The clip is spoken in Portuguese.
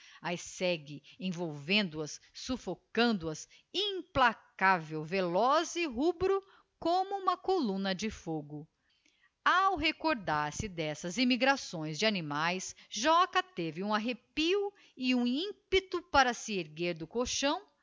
as segue envolvendo as suílocando as implacável veloz e rubro como uma columna de fogo ao recordar-se d'essas emigrações de anmiaes joca teve um arrepio e um ímpeto para se erguer do colchão